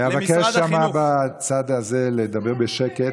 אבקש שם, בצד הזה, לדבר בשקט.